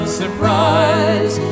surprise